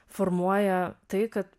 formuoja tai kad